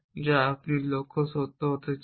যা আপনি লক্ষ্যে সত্য হতে চান